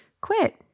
Quit